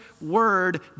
word